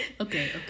Okay